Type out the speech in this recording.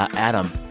ah adam,